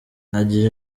agira